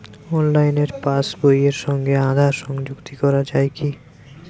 অনলাইনে পাশ বইয়ের সঙ্গে আধার সংযুক্তি করা যায় কি?